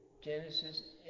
Genesis